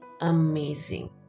amazing